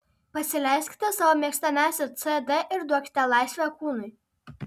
pasileiskite savo mėgstamiausią cd ir duokite laisvę kūnui